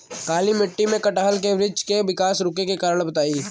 काली मिट्टी में कटहल के बृच्छ के विकास रुके के कारण बताई?